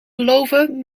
beloven